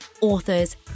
authors